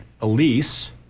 Elise